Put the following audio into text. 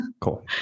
cool